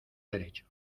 derecho